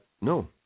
No